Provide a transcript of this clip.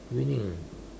winning